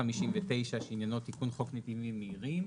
59 שעניינו תיקון חוק נתיבים מהירים,